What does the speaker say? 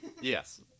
Yes